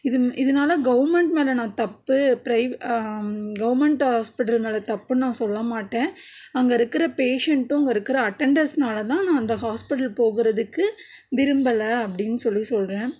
இது இதனால கவர்மெண்ட் மேலே நான் தப்பு பிரை கவர்மெண்ட் ஹாஸ்பிட்டல் மேலே தப்புனு நான் சொல்லமாட்டேன் அங்கே இருக்கிற பேஷண்ட்டும் அங்கே இருக்கிற அட்டண்டர்ஸ்னால் தான் நான் அந்த ஹாஸ்பிட்டல் போகுறதுக்கு விரும்பல அப்படின்னு சொல்லி சொல்லுறேன்